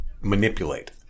manipulate